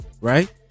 right